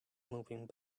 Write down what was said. moving